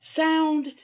Sound